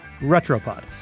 Retropod